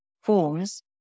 forms